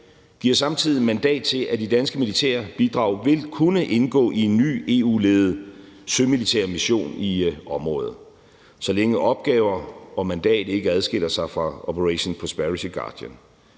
giver samtidig mandat til, at de danske militære bidrag vil kunne indgå i en ny EU-ledet sømilitær mission i området, så længe opgaver og mandat ikke adskiller sig fra Operation Prosperity Guardian.